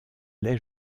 lait